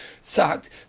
sucked